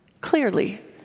Clearly